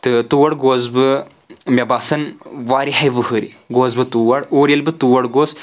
تہٕ تور گوس بہٕ مےٚ باسان واریہہِ ؤہٕرۍ گوس بہٕ تور اور ییٚلہِ بہٕ تور گوس